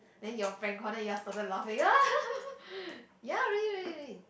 then you all prank call then you all started laughing ya really really really